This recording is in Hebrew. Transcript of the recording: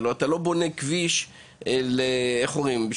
הרי הכבישים האלה לא בנויים באופן בו